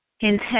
intense